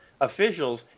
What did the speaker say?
officials